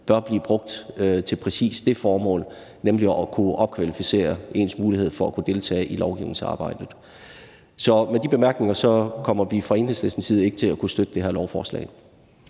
bør blive brugt til præcis det formål, nemlig at kunne opkvalificere ens mulighed for at kunne deltage i lovgivningsarbejdet. Så med de bemærkninger kommer vi fra Enhedslistens side ikke til at kunne støtte det her lovforslag.